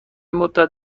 مدت